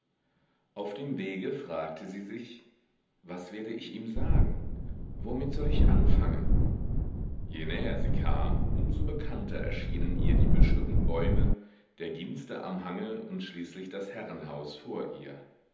auf dem wege fragte sie sich was werde ich ihm sagen womit soll ich anfangen je näher sie kam um so bekannter erschienen ihr die büsche und bäume der ginster am hange und schließlich das herrenhaus vor ihr